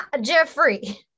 Jeffrey